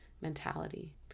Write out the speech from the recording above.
mentality